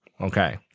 Okay